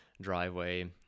driveway